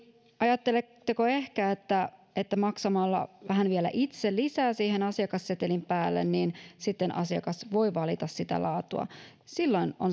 ajatteletteko ehkä että maksamalla vähän vielä itse lisää siihen asiakassetelin päälle asiakas voi sitten valita sitä laatua silloin on